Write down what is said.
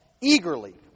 Eagerly